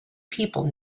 people